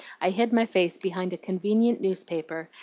i hid my face behind a convenient newspaper,